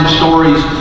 stories